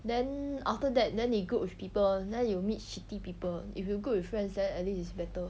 then after that then 你 group with people 等一下 you meet shitty people if you group with friends then at least it's better